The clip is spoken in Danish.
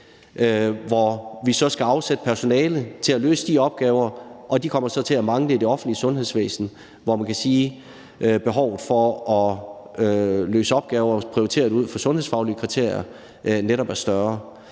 hvortil vi så skal afsætte personale til at løse de opgaver, og de kommer så til at mangle i det offentlige sundhedsvæsen, hvor man kan sige, at behovet for at løse opgaver prioriteret ud fra sundhedsfaglige kriterier netop er større.